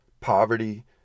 poverty